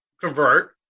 convert